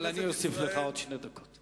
מעולם בכנסת ישראל, אוסיף לך עוד שתי דקות.